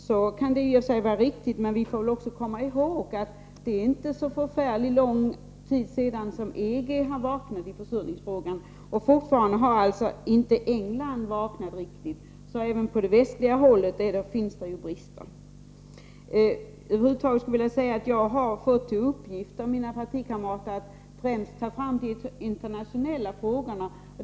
Det kan i och för sig vara riktigt, men vi får väl också komma ihåg att det inte är så förfärligt länge sedan EG vaknade i försurningsfrågan, och fortfarande har inte England vaknat riktigt. Även i väst finns det alltså brister. Jag har av mina partikamrater fått i uppgift att ta upp främst de internationella frågorna.